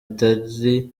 itari